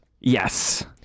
Yes